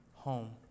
home